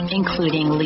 including